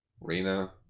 Reina